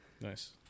Nice